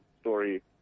story